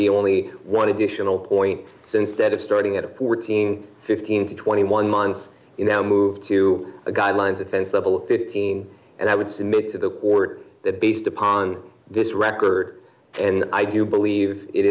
be only one additional point so instead of starting at a porting fifteen to twenty one months you now move to the guidelines offense level fifteen and i would submit to the court that based upon this record and i do believe it